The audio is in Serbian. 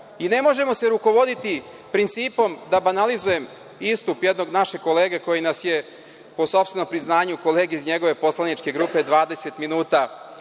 možemo se rukovoditi principom, da banalizujem istup jednog našeg kolege koji nas je po sopstvenom priznanju kolege iz njegove poslaničke grupe 20 minuta